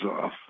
off